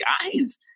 guys